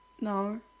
No